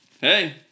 Hey